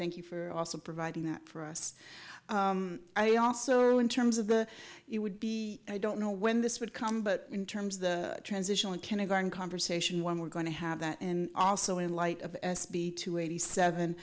thank you for also providing that for us i also in terms of the you would be i don't know when this would come but in terms of the transitional in kindergarten conversation we're going to have that in also in light of s b two eighty seven